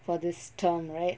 for this term right